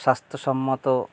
স্বাস্থ্যসম্মত